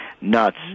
nuts